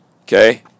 okay